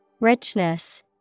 Richness